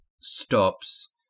stops